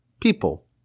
people